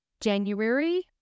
January